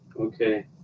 Okay